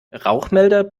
rauchmelder